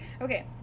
Okay